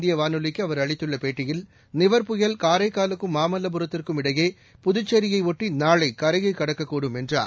இந்தியவானொலிக்குஅவர் அளித்துள்ளபேட்டியில் நிவர் புயல் காரைக்காலுக்கும் அகில மாமல்லபுரத்திற்கும் இடையே புதுச்சேரியைஒட்டி நாளைகரையைகடக்கக்கூடும் என்றார்